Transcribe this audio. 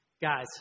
guys